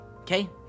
Okay